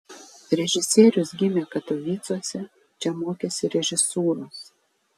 režisierius gimė katovicuose čia mokėsi režisūros